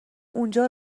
اونجا